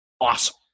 awesome